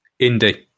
indie